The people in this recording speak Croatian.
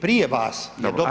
Prije vas.